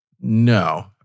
No